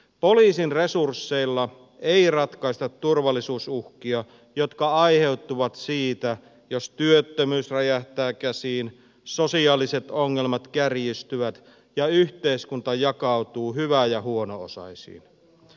poliisin resursseilla ei ratkaista turvallisuusuhkia jotka aiheutuvat jos työttömyys räjähtää käsiin sosiaaliset ongelmat kärjistyvät ja yhteiskunta jakautuu hyvä ja huono osaisiin